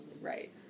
Right